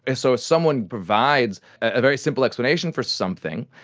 ah so if someone provides a very simple explanation for something,